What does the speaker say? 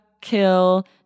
kill